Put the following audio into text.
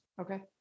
Okay